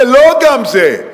זה לא גם זה.